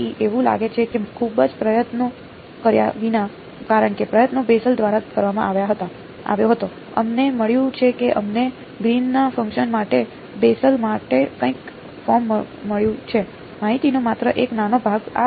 તેથી એવું લાગે છે કે ખૂબ જ પ્રયત્નો કર્યા વિના કારણ કે પ્રયત્નો બેસેલ દ્વારા કરવામાં આવ્યો હતો અમને મળ્યું છે કે અમને ગ્રીનના ફંકશન માટે બેસેલ માટે કંઈક ફોર્મ મળ્યું છે માહિતીનો માત્ર એક નાનો ભાગ